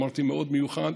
אמרתי: מאוד מיוחד,